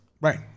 Right